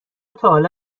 تاحالا